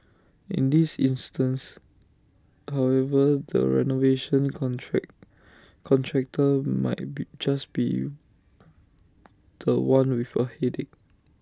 in this instance however the renovation contract contractor might be just be The One with A headache